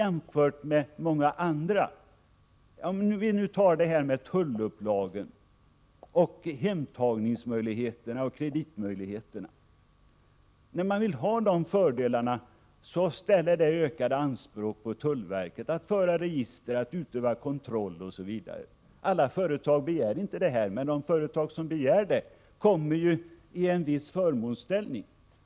Vi kan som exempel ta tullupplagen, hemtagningsmöjligheterna och kreditmöjligheterna. När företagen vill ha dessa fördelar, ställer det ökade anspråk på tullverket att föra register, utöva kontroll osv. Alla företag begär inte dessa fördelar, men de företag som gör det kommer ju i en viss förmånsställning.